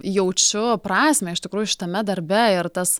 jaučiu prasmę iš tikrųjų šitame darbe ir tas